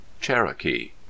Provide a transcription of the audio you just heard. cherokee